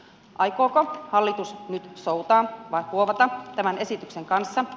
aikooko hallitus nyt soutaa vai huovata tämän esityksen kanssa